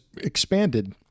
expanded